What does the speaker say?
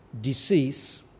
decease